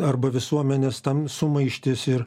arba visuomenės tam sumaištys ir